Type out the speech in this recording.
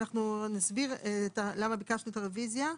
אנחנו נסביר למה ביקשנו את הרוויזיה.